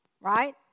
right